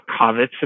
COVID